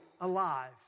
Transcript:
alive